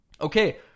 Okay